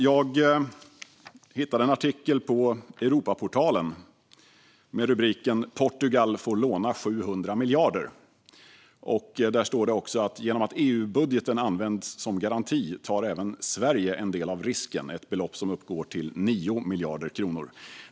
Jag hittade en artikel på Europaportalen med rubriken "Portugal får låna 700 miljarder". Där står det också att genom att EU-budgeten används som garanti tar även Sverige en del av risken med ett belopp som uppgår till 9 miljarder kronor.